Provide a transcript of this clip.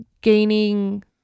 Gaining